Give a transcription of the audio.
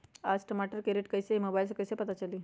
आज टमाटर के रेट कईसे हैं मोबाईल से कईसे पता चली?